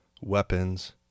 weapons